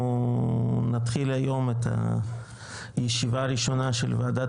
אנחנו נתחיל היום את הישיבה הראשונה של ועדת